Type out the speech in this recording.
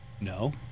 No